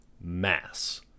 Mass